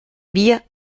wir